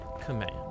command